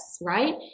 right